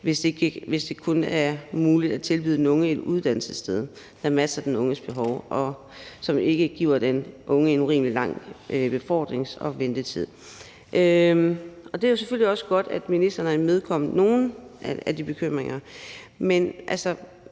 hvis det kun er muligt at tilbyde den unge et uddannelsessted, der matcher den unges behov, og som ikke giver den unge en urimelig lang befordrings- og ventetid. Det er selvfølgelig også godt, at ministeren har imødekommet nogle af de bekymringer. Dog består